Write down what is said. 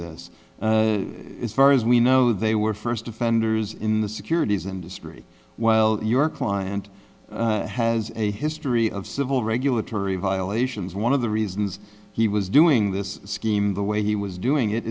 this as far as we know they were first offenders in the securities industry well your client has a history of civil regulatory violations one of the reasons he was doing this scheme the way he was doing it